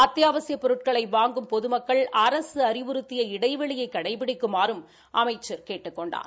அத்தியாவசியப் பொருட்களை வாங்கும் பொதுமக்கள் அரசு அறிவுறுத்திய இடைவெளியை கடைபிடிக்குமாறும் அமைச்சர் கேட்டுக் கொண்டார்